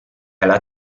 alla